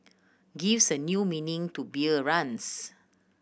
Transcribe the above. gives a new meaning to beer runs